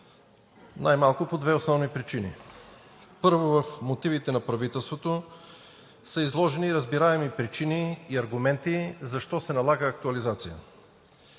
най-малкото по две основни причини. Първо, в мотивите на правителството са изложени разбираеми причини и аргументи защо се налага актуализация.